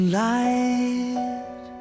light